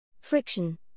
Friction